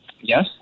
Yes